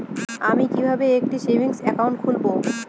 আমি কিভাবে একটি সেভিংস অ্যাকাউন্ট খুলব?